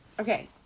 okay